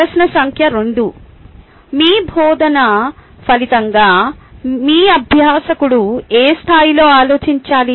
ప్రశ్న సంఖ్య 2 మీ బోధన ఫలితంగా మీ అభ్యాసకుడు ఏ స్థాయిలో ఆలోచించాలి